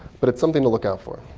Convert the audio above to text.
but it's something to look out for.